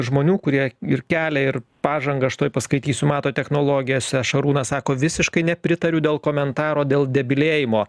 žmonių kurie ir kelia ir pažangą aš tuoj paskaitysiu mato technologijose šarūnas sako visiškai nepritariu dėl komentaro dėl debilėjimo